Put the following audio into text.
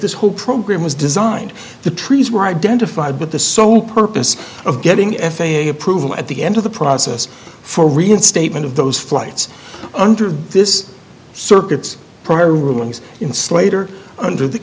this whole program was designed the trees were identified but the sole purpose of getting f a a approval at the end of the process for reinstatement of those flights under this circuit's prior rulings in slater under the